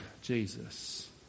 Jesus